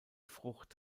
frucht